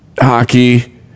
hockey